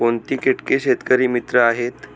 कोणती किटके शेतकरी मित्र आहेत?